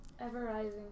ever-rising